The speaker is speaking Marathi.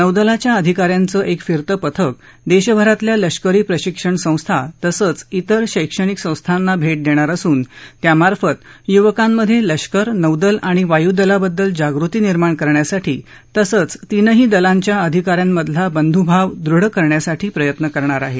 नौदलाच्या अधिका यांचं एक फिरतं पथक देशभरातल्या लष्करी प्रशिक्षण संस्था तसंच विर शैक्षणिक संस्थांना भेट देणार असून त्यामार्फत युवकांमध्ये लष्कर नौदल आणि वायुदलाबद्दल जागृती निर्माण करण्यासाठी तसंच तीनही दलांच्या अधिका यांमधला बंधुभाव दृढ करण्यासाठी प्रयत्न करणार आहे